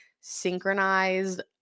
synchronized